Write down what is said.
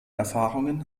erfahrungen